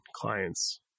clients